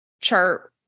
chart